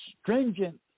stringent